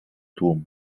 tłum